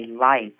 life